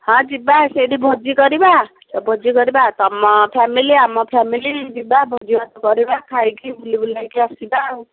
ହଁ ଯିବା ସେଇଠି ଭୋଜି କରିବା ଭୋଜି କରିବା ତୁମ ଫ୍ୟାମିଲି ଆମ ଫ୍ୟାମିଲି ଯିବା ଭୋଜିଭାତ କରିବା ଖାଇକି ବୁଲିବୁଲାକି ଆସିବା ଆଉ